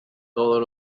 todos